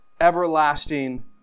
everlasting